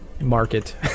market